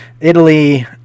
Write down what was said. Italy